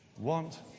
want